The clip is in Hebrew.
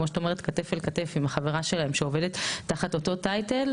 כמו שאת אומרת כתף אל כתף עם החברה שלהן שעובדת תחת אותו טייטל,